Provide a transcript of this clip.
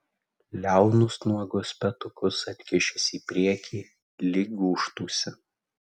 liaunus nuogus petukus atkišęs į priekį lyg gūžtųsi